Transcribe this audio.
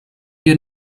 wir